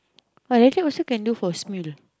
[wah] later also can do voicemail